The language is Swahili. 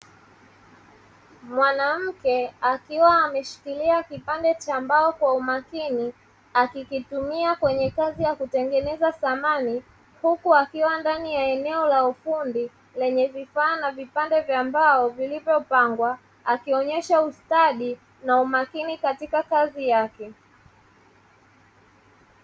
Mwanamke akiwa ameshikilia kipande cha mbao kwa umakini, akikitumia kwenye kazi ya kutengeneza samani, huku akiwa ndani ya eneo la ufundi lenye vifaa na vipande vya mbao vilivyopangwa, akionyesha ustadi na umakini katika kazi yake.